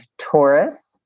Taurus